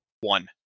one